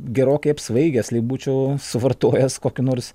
gerokai apsvaigęs lyg būčiau suvartojęs kokių nors